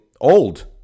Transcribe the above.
old